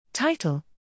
Title